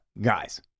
guys